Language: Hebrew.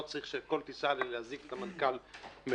לא צריך בכל טיסה להזעיק את המנכ"ל מהבית,